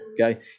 Okay